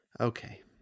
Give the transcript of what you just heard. Okay